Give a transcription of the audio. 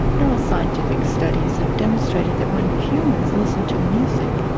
neuroscientific studies have demonstrated that when humans listen to music,